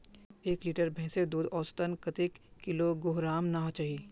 एक लीटर भैंसेर दूध औसतन कतेक किलोग्होराम ना चही?